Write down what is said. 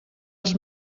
els